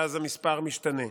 ואז המספר משתנה.